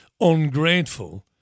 ungrateful